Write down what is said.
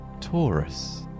Taurus